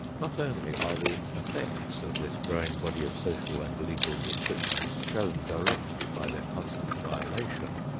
not only are the effects of this growing body of social and legal restrictions shown directly by their constant violation,